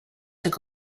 took